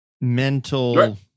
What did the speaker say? mental